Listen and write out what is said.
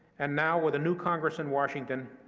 and now with a new congress in washington,